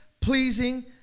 pleasing